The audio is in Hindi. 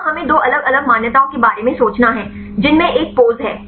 यहाँ हमें दो अलग अलग मान्यताओं के बारे में सोचना है जिनमे एक पोज़ है